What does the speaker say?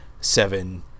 seven